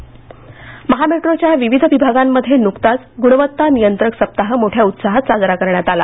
metro महामेट्रोच्या विविध विभागांमध्ये नुकताच गुणवत्ता नियंत्रक सप्ताह मोठ्या उत्साहात साजरा करण्यात आला